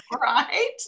right